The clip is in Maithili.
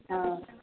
हँ